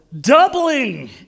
doubling